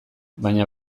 baina